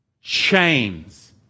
chains